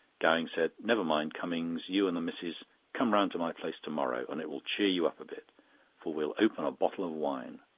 gowing said never mind, cummings, you and the missis come round to my place to-morrow, and it will cheer you up a bit for we'll open a bottle of wine.